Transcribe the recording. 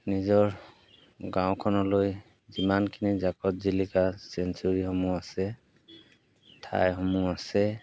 নিজৰ গাঁওখনলৈ যিমানখিনি জাকতজিলিকা চেংচুৰীসমূহ আছে ঠাইসমূহ আছে